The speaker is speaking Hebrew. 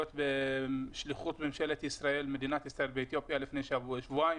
בשליחות מדינת ישראל באתיופיה לפני שבועיים